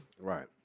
Right